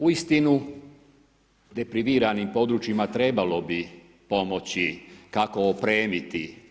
Uistinu, depriviranim područjima trebalo bi pomoći kako opremiti.